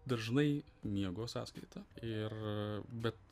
dažnai miego sąskaita ir bet